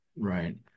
right